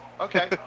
okay